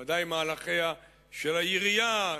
וודאי מהלכיה של העירייה,